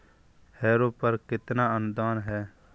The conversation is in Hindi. हैरो पर कितना अनुदान है?